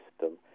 system